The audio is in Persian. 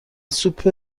سوپ